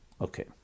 Okay